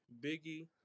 Biggie